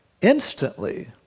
instantly